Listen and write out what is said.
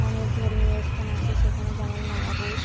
অনেক ধর্মীয় স্থান আছে সেখানে যেমন মায়াপুর